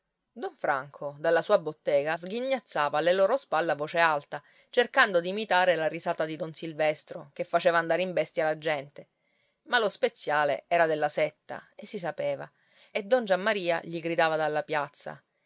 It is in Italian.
don franco dalla sua bottega sghignazzava alle loro spalle a voce alta cercando d'imitare la risata di don silvestro che faceva andare in bestia la gente ma lo speziale era della setta e si sapeva e don giammaria gli gridava dalla piazza